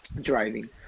driving